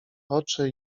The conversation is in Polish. oczy